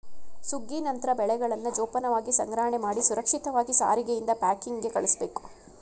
ಸುಗ್ಗಿ ನಂತ್ರ ಬೆಳೆಗಳನ್ನ ಜೋಪಾನವಾಗಿ ಸಂಗ್ರಹಣೆಮಾಡಿ ಸುರಕ್ಷಿತವಾಗಿ ಸಾರಿಗೆಯಿಂದ ಪ್ಯಾಕಿಂಗ್ಗೆ ಕಳುಸ್ಬೇಕು